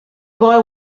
boy